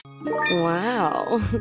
Wow